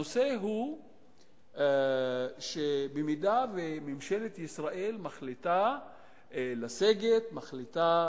הנושא הוא שאם ממשלת ישראל מחליטה לסגת, מחליטה